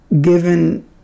given